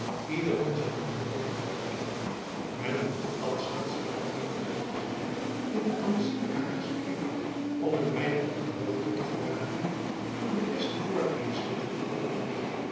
ieder van zijn moederland te leeren kennen men behoeft dan slechts geen vreemdeling te zijn in den aanzienlijken haagschen kring om een weinig op de hoogte te geraken van de beste voortbrengselen van elk land